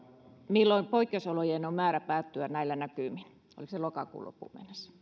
milloin poikkeusolojen on määrä päättyä näillä näkymin oliko se lokakuun loppuun mennessä